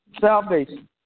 salvation